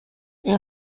این